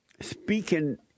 speaking